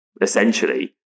essentially